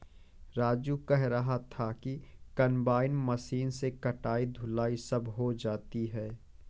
राजू कह रहा था कि कंबाइन मशीन से कटाई धुलाई सब हो जाती है